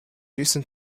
recent